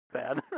Bad